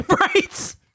Right